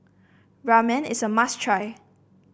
ramen is a must try